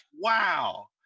wow